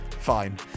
Fine